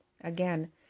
Again